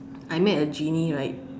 I met a genie right